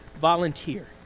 Volunteer